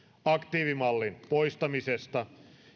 aktiivimallin poistamisesta